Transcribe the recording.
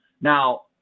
Now